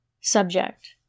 Subject